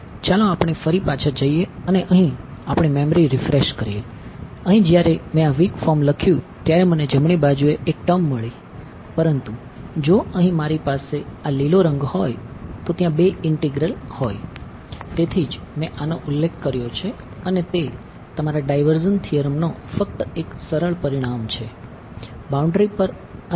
ચાલો આપણે ફરી પાછા જઈએ અને અહીં આપણી મેમરી છે